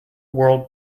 world